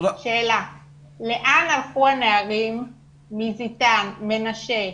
לאן הלכנו הנערים מזיתן, מנשה?